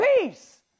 peace